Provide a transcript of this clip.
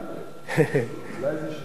אולי זה ששינסקי,